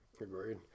Agreed